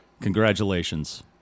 Congratulations